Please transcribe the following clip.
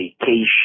vacation